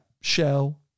Shell